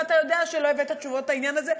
ואתה יודע שלא הבאת תשובות לעניין הזה,